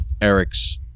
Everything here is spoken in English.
Eric's